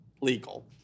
legal